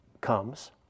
comes